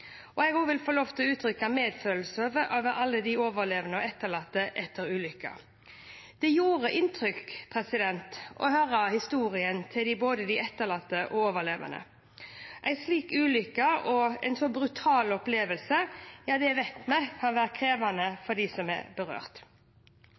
Jeg vil også få lov til å uttrykke medfølelse med alle de overlevende og etterlatte etter ulykken. Det gjorde inntrykk å høre historiene til både de etterlatte og overlevende. En slik ulykke og en så brutal opplevelse vet vi kan være krevende